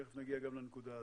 תיכף נגיע גם לנקודה הזו.